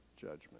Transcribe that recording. judgment